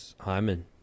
Hyman